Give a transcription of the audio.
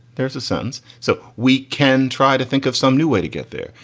there's a sense so we can try to think of some new way to get there.